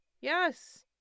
Yes